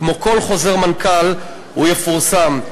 כמו כל חוזר מנכ"ל, הוא יפורסם.